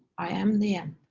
i am the end.